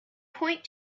point